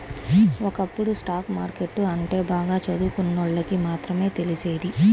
ఒకప్పుడు stock market అంటే బాగా చదువుకున్నోళ్ళకి మాత్రమే తెలిసేది